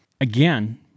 Again